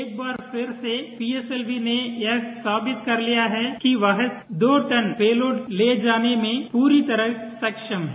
एक बार फिर से पीएसएलवी ने यह साबित कर लिया है कि वह दो टन पे लोड ले जाने में पूरी तरह सक्षम है